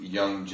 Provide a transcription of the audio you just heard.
young